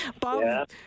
Bob